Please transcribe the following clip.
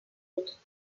autres